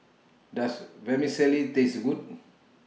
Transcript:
Does Vermicelli Taste Good